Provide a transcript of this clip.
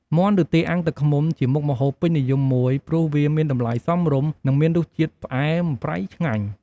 មាន់ឬទាអាំងទឹកឃ្មុំ ជាមុខម្ហូបពេញនិយមមួយ ព្រោះវាមានតម្លៃសមរម្យនិងមានរសជាតិផ្អែមប្រៃឆ្ងាញ់។